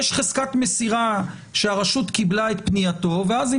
יש חזקת מסירה שהרשות קיבלה את פנייתו ואז,